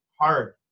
hard